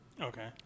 Okay